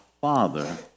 father